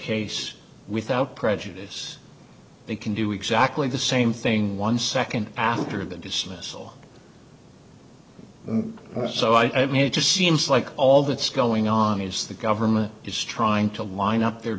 case without prejudice they can do exactly the same thing one second after the dismissal so i mean it just seems like all that's going on is the government is trying to line up their